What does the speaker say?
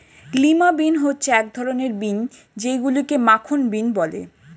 lima bean হচ্ছে এক ধরনের বিন যেইগুলোকে মাখন বিন বলে